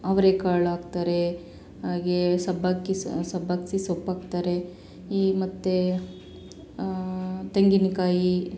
ಅವ್ರೇಕಾಳು ಹಾಕ್ತಾರೆ ಹಾಗೇ ಸಬ್ಬಕ್ಕಿ ಸಬ್ಬಕ್ಕಿ ಸೊಪ್ಪು ಹಾಕ್ತಾರೆ ಈ ಮತ್ತು ತೆಂಗಿನಕಾಯಿ